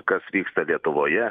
kas vyksta lietuvoje